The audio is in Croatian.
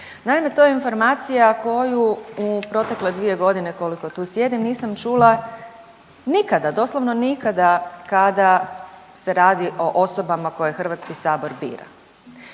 Naime, to je informacija koju u protekle 2 godine koliko tu sjedim nisam čula nikada, doslovno nikada kada se radi o osobama koje Hrvatski sabor bira.